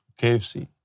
KFC